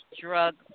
drug